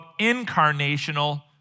incarnational